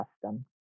custom